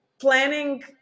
planning